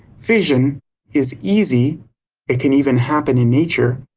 fission is easy it can even happen in nature.